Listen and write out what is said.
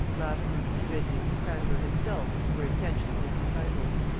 latimer, ridley, cranmer himself, were essentially his disciples.